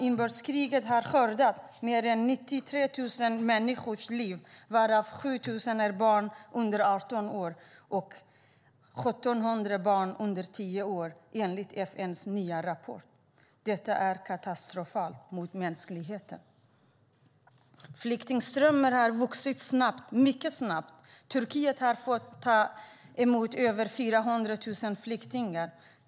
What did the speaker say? Inbördeskriget har skördat mer än 93 000 människors liv, varav 7 000 är barn under 18 år och 1 700 är barn under tio år, enligt FN:s nya rapport. Detta är katastrofalt för mänskligheten. Flyktingströmmen har vuxit snabbt, mycket snabbt. Turkiet har fått ta emot över 400 000 flyktingar.